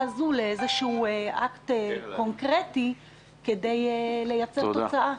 הזו לאיזה אקט קונקרטי כדי לייצר תוצאה.